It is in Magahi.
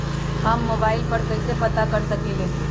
हम मोबाइल पर कईसे पता कर सकींले?